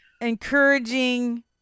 encouraging